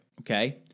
okay